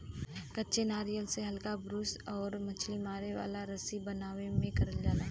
कच्चे नारियल से हल्का ब्रूस आउर मछरी मारे वाला रस्सी बनावे में करल जाला